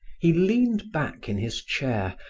he leaned back in his chair,